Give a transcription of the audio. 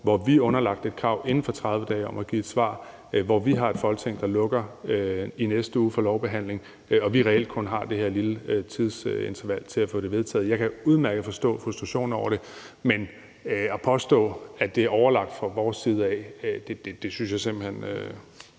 hvor vi er underlagt et krav om inden for 30 dage at give et svar, hvor vi har et Folketing, der lukker for lovbehandling i næste uge, og hvor vi har reelt kun har det her lille tidsinterval til at få det vedtaget. Jeg kan udmærket godt forstå frustrationen over det, men at påstå, at det er overlagt fra vores side, synes jeg simpelt hen